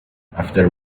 after